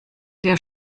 der